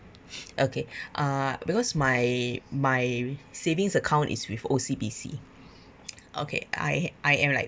okay uh because my my savings account is with O_C_B_C okay I I am like